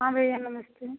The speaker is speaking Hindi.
हाँ भैया नमस्ते